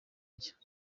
nshya